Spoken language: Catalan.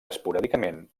esporàdicament